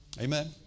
Amen